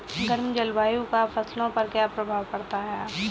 गर्म जलवायु का फसलों पर क्या प्रभाव पड़ता है?